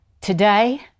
Today